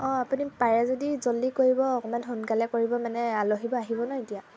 অঁ আপুনি পাৰে যদি জলদি কৰিব অকণমান সোনকালে কৰিব মানে আলহীবোৰ আহিব ন এতিয়া